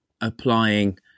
applying